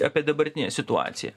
apie dabartinę situaciją